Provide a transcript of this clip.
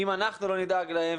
אם אנחנו לא נדאג להם,